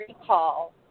recall